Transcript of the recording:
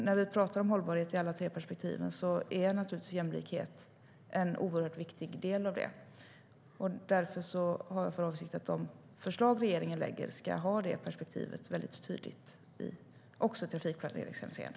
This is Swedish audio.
När vi talar om hållbarhet i alla tre perspektiv är jämlikhet en oerhört viktig del. Därför har jag för avsikt att de förslag som regeringen lägger fram tydligt ska ha det perspektivet också i trafikplaneringshänseende.